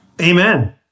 Amen